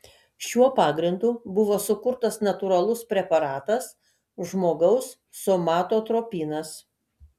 šiuo pagrindu buvo sukurtas natūralaus preparatas žmogaus somatotropinas